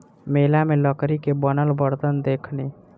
मेला में लकड़ी के बनल बरतन देखनी